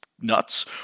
nuts